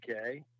okay